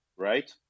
Right